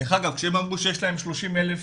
דרך אגב, כשהם אמרו שיש להם רשימה של